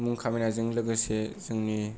मुं खामायनायजों लोगोसे जोंनि